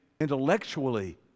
intellectually